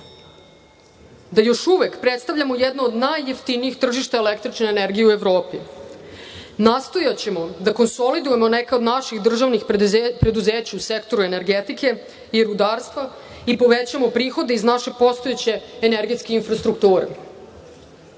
da još uvek predstavljamo jedno od najjeftiniji tržišta električne energije u Evropi. Nastojaćemo da konsulidujemo neka od naših državnih preduzeća u sektoru energetike i rudarstva i povećamo prihode iz naše postojeće energetske infrastrukture. Energija